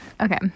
Okay